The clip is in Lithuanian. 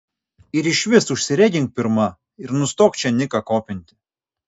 ir išvis užsiregink pirma ir nustok čia niką kopinti